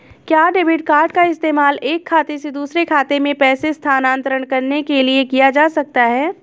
क्या debit card का इस्तेमाल एक खाते से दूसरे खाते में पैसे स्थानांतरण करने के लिए किया जा सकता है?